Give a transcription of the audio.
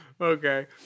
Okay